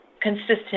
consistent